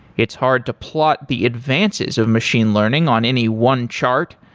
it's hard to plot the advances of machine learning on any one chart,